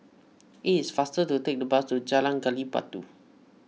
it is faster to take the bus to Jalan Gali Batu